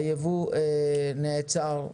היבוא נעצר לחודשיים,